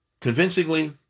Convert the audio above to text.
convincingly